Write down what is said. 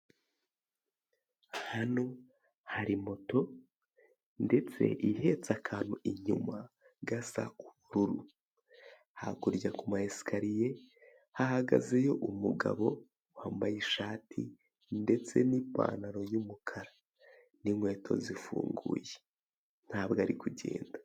Hano hari moto ndetse ihetse akantu inyuma gasa nk'ubururu. Hakurya ku ma esikariye hahagazeyo umugabo wambaye ishati ndetse n'ipantaro y'umukara, inkweto zifunguye ntabwo ari kugenda.